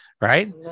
right